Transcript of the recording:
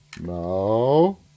No